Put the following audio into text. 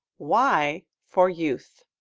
y for youth.